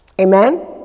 amen